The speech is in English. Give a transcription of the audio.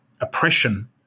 oppression